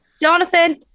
Jonathan